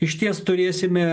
išties turėsime